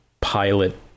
pilot